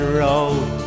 road